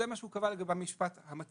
זה מה שהוא קבע לגבי המשפט המצוי.